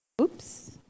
Oops